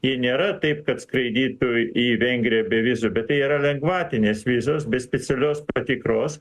jie nėra taip kad skraidytų į vengriją be vizų bet tai yra lengvatinės vizos be specialios patikros